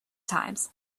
times